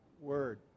word